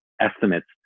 estimates